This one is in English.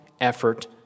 effort